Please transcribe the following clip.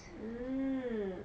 mm